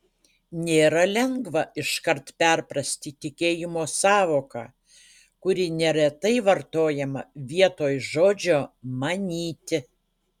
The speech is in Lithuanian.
nėra lengva iškart perprasti tikėjimo sąvoką kuri neretai vartojama vietoj žodžio manyti